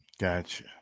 Gotcha